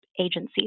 agencies